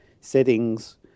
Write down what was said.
settings